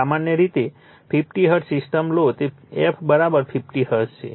સામાન્ય રીતે 50 hertz system લો તે f 50 હર્ટ્ઝ છે